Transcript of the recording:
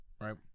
right